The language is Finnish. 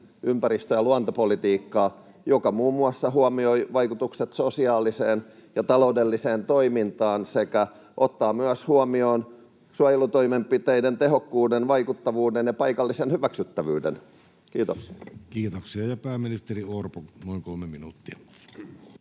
ympäristö- ja luontopolitiikkaa, joka muun muassa huomioi vaikutukset sosiaaliseen ja taloudelliseen toimintaan [Maria Ohisalon välihuuto] sekä ottaa huomioon myös suojelutoimenpiteiden tehokkuuden, vaikuttavuuden ja paikallisen hyväksyttävyyden? — Kiitos. [Maria Ohisalo: Huh huh!] Kiitoksia. — Ja pääministeri Orpo, noin kolme minuuttia.